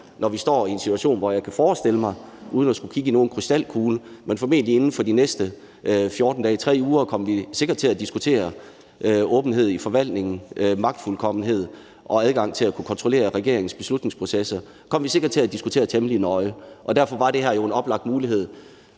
hvor vi står i en situation, hvor jeg uden at skulle kigge i en krystalkugle kan forestille mig – formentlig inden for de næste 14 dage til 3 uger – at vi sikkert kommer til at skulle diskutere åbenhed i forvaltningen, magtfuldkommenhed og adgang til at kunne kontrollere regeringens beslutningsprocesser. Det kommer vi sikkert til at diskutere temmelig nøje. Derfor er det her jo en oplagt mulighed